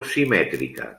simètrica